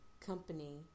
company